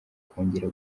kongera